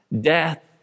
Death